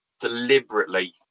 deliberately